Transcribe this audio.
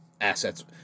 assets